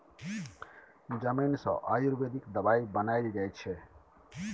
जमैन सँ आयुर्वेदिक दबाई बनाएल जाइ छै